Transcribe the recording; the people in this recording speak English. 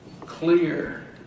clear